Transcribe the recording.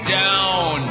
down